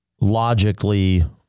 logically